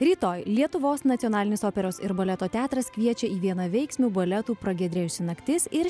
rytoj lietuvos nacionalinis operos ir baleto teatras kviečia į vienaveiksmių baletų pragiedrėjusi naktis ir